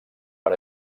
per